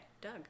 Doug